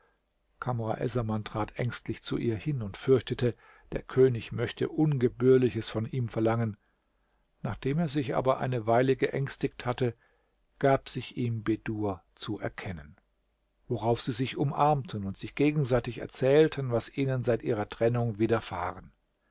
essaman trat ängstlich zu ihr hin und fürchtete der könig möchte ungebührliches von ihm verlangen nachdem er sich aber eine weile geängstigt hatte gab sich ihm bedur zu erkennen worauf sie sich umarmten und sich gegenseitig erzählten was ihnen seit ihrer trennung widerfahren